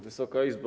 Wysoka Izbo!